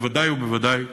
בוודאי ובוודאי